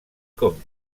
com